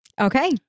Okay